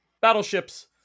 battleships